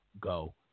go